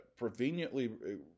proveniently